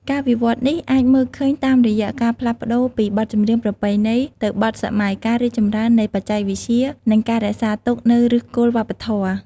ការវិវត្តន៍នេះអាចមើលឃើញតាមរយៈការផ្លាស់ប្តូរពីបទចម្រៀងប្រពៃណីទៅបទសម័យ ការរីកចម្រើននៃបច្ចេកវិទ្យា និងការរក្សាទុកនូវឫសគល់វប្បធម៌។